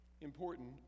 important